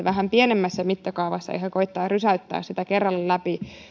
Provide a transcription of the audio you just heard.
vähän pienemmässä mittakaavassa eikä koettaa rysäyttää sitä kerralla läpi